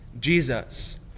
Jesus